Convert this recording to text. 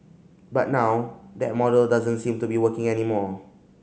but now that model doesn't seem to be working anymore